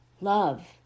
love